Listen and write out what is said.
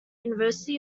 university